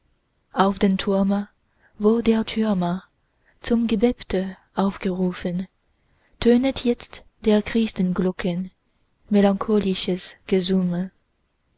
auf dem turme wo der türmer zum gebete aufgerufen tönet jetzt der christenglocken melancholisches gesumme